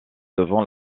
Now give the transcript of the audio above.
devant